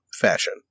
fashion